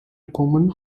common